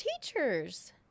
teachers